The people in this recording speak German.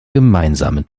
gemeinsamen